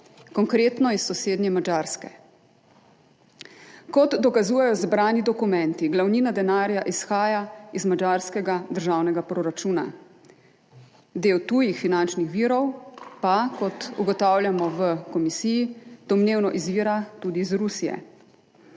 konkretno iz sosednje Madžarske. Kot dokazujejo zbrani dokumenti, glavnina denarja izhaja iz madžarskega državnega proračuna, del tujih finančnih virov pa, kot ugotavljamo v komisiji, domnevno izvira tudi iz Rusije.